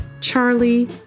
Charlie